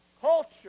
culture